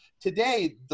today